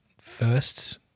first